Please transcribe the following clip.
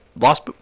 lost